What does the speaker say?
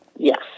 Yes